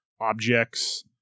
objects